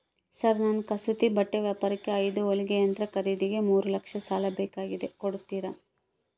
Sir ನನ್ನ ಕಸೂತಿ ಬಟ್ಟೆ ವ್ಯಾಪಾರಕ್ಕೆ ಐದು ಹೊಲಿಗೆ ಯಂತ್ರ ಖರೇದಿಗೆ ಮೂರು ಲಕ್ಷ ಸಾಲ ಬೇಕಾಗ್ಯದ ಕೊಡುತ್ತೇರಾ?